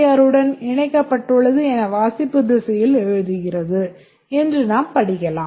ஆருடன் இணைக்கப்பட்டுள்ளது என வாசிப்பு திசையில் எழுதுகிறது என்றும் நாம் படிக்கலாம்